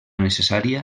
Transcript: necessària